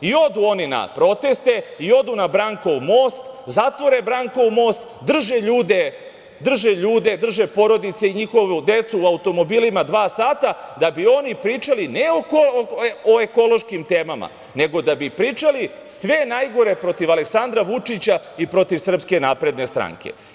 I, odu na proteste, odu na Brankov most, zatvore Brankov most, drže ljude, drže porodice i njihovu decu u automobilima dva sata da bi oni pričali, ne o ekološkim temama, nego da bi pričali sve najgore protiv Aleksandra Vučića i protiv Srpske napredne stranke.